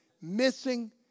missing